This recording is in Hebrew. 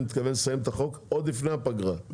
מתכוון לסיים את החוק עוד לפני הפגרה.